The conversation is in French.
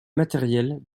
matériels